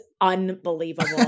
unbelievable